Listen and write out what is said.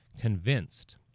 convinced